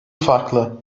farklı